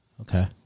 Okay